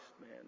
man